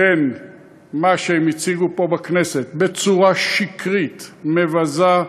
בין מה שהם הציגו פה בכנסת בצורה שקרית, מבזה,